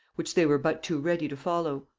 which they were but too ready to follow.